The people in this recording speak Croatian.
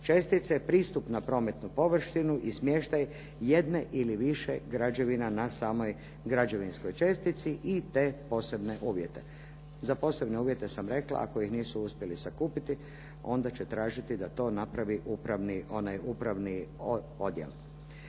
čestice, pristup na prometnu površinu i smještaj jedne ili više građevina na samoj građevinskoj čestici i te posebne uvjete. Za posebne uvjete sam rekla ako ih nisu uspjeli sakupiti onda će tražiti da to napravi upravni odjel.